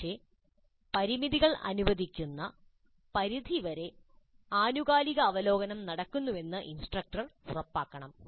പക്ഷേ പരിമിതികൾ അനുവദിക്കുന്ന പരിധിവരെ ആനുകാലിക അവലോകനം നടക്കുന്നുവെന്ന് ഇൻസ്ട്രക്ടർ ഉറപ്പാക്കണം